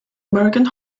american